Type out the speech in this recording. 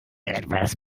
etwas